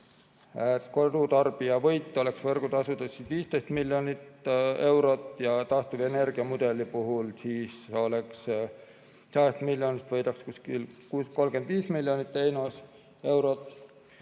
kodutarbija võit oleks võrgutasu puhul 15 miljonit eurot ja taastuvenergiamudeli puhul 100 miljonist võidaks kuskil 35 miljonit eurot,